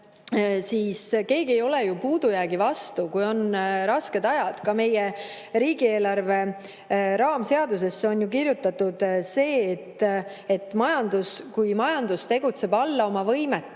puhul keegi ei ole ju puudujäägi vastu, kui on rasked ajad. Ka meie riigieelarve raamseadusesse on kirjutatud see, et kui majandus tegutseb alla oma võimete,